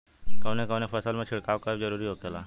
कवने कवने फसल में छिड़काव करब जरूरी होखेला?